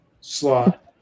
slot